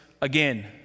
again